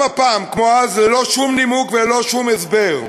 גם הפעם, כמו אז, ללא שום נימוק וללא שום הסבר.